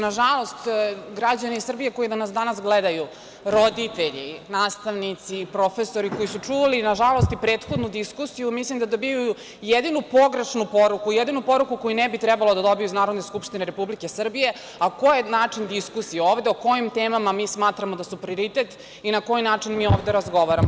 Nažalost, građani Srbije koji nas danas gledaju, roditelji, nastavnici i profesori koji su čuli i prethodnu diskusiju, mislim da dobijaju jedino pogrešnu poruku, jedini poruku koju ne bi trebali da dobiju iz Narodne skupštine Republike Srbije, a koji način diskusije je ovde i o kojim temama, mi smatramo da je prioritet i na koji način mi ovde razgovaramo.